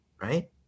Right